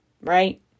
right